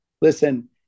listen